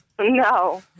No